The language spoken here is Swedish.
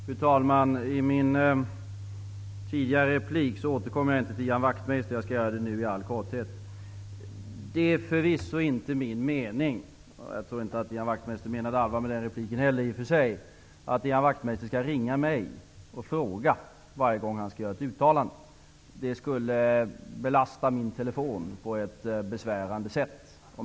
Fru talman! I min tidigare replik återkom jag inte till Ian Wachtmeister. Jag skall göra det nu i all korthet. Det är förvisso inte min mening -- jag tror inte heller att Ian Wachtmeister menade allvar med den repliken -- att Ian Wachtmeister skall ringa mig och fråga varje gång han skall göra ett uttalande. Det skulle om inte annat belasta min telefon på ett besvärande sätt.